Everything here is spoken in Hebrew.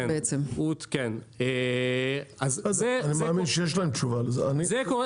אני מאמין שיש להם תשובה לזה.